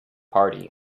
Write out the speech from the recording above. party